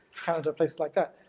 canada places like that,